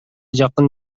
жакын